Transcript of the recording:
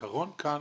העיקרון כאן